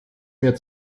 mehr